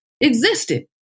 existed